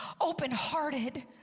open-hearted